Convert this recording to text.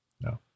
No